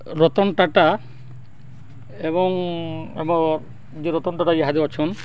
ରତନ୍ ଟାଟା ଏବଂ ଆମର୍ ଯେନ୍ ରତନ୍ ଟାଟା ଇହାଦେ ଅଛନ୍